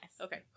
Okay